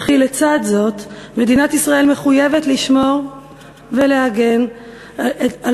וכי לצד זאת מדינת ישראל מחויבת לשמור ולהגן על